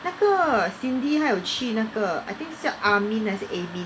那个 Cindy 她有去那个 I think 像 Amin 还是 Aimin ah